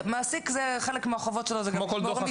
חלק מהחובות של המעסיק זה גם לשמור מסמכים.